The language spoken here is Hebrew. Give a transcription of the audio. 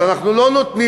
אז אנחנו לא נותנים.